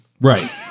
right